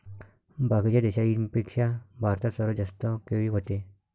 बाकीच्या देशाइंपेक्षा भारतात सर्वात जास्त केळी व्हते